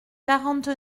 quarante